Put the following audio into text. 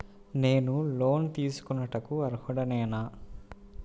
నేను లోన్ తీసుకొనుటకు అర్హుడనేన?